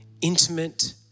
intimate